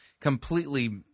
completely